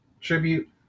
tribute